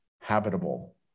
habitable